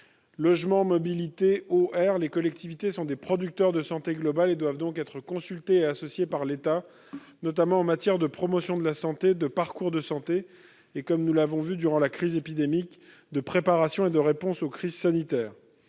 Logement, mobilité, eau, air ... les collectivités sont des productrices de santé globale et doivent donc être consultées et associées par l'État, notamment en matière de promotion de la santé, de parcours de santé et, comme nous l'avons vu durant la crise épidémique, de préparation et de réponse aux crises sanitaires.